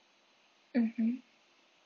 mmhmm